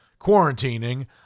quarantining